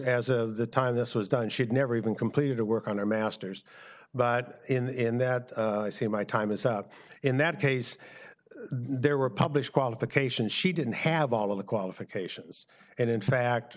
as of the time this was done she'd never even completed a work on a master's but in that same my time is up in that case there were published qualifications she didn't have all of the qualifications and in fact